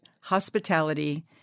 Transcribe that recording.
hospitality